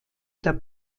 der